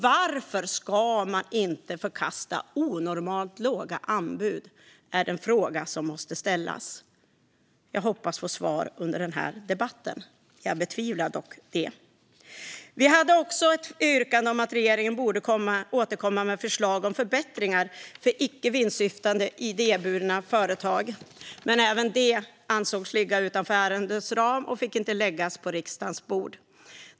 Varför ska man inte förkasta onormalt låga anbud? Det är den fråga som måste ställas. Jag hoppas få svar under den här debatten. Jag betvivlar dock att jag kommer att få det. Vi hade också ett yrkande om att regeringen borde återkomma med förslag om förbättringar för icke vinstsyftande idéburna företag, men även det ansågs ligga utanför ärendets ram och fick inte läggas på riksdagens bord.